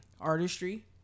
artistry